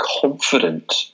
confident